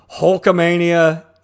Hulkamania